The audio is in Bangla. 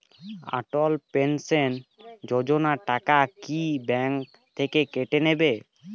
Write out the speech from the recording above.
অটল পেনশন যোজনা টাকা কি ব্যাংক থেকে কেটে নেবে?